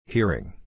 Hearing